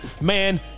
Man